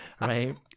right